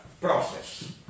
process